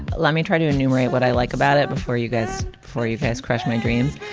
but let me try to enumerate what i like about it. before you guys for your has crushed my dreams,